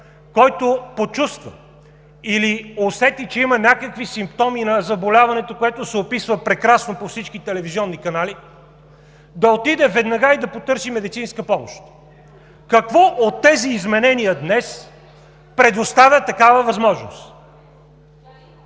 който почувства или усети, че има някакви симптоми на заболяването, което се описва прекрасно по всички телевизионни канали, да отиде веднага и да потърси медицинска помощ? Какво от тези изменения днес предоставя такава възможност?